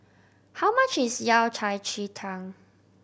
how much is Yao Cai ji tang